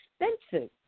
expensive